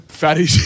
fatty